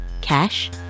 cash